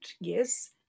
yes